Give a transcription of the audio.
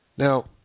Now